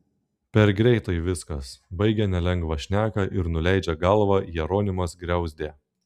per greitai viskas baigia nelengvą šneką ir nuleidžia galvą jeronimas griauzdė